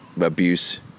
abuse